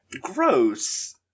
Gross